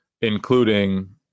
including